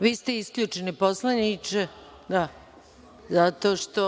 Vi ste isključeni poslaniče, zato što